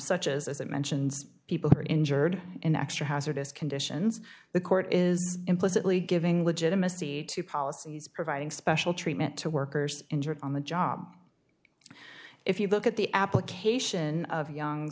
such as it mentions people who are injured in extra hazardous conditions the court is implicitly giving legitimacy to policies providing special treatment to workers injured on the job if you look at the application of young